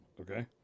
Okay